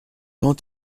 quand